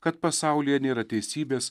kad pasaulyje nėra teisybės